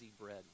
bread